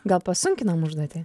gal pasunkinam užduotį